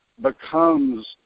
becomes